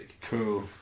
Cool